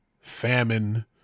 famine